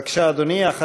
בבקשה, אדוני.